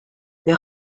wir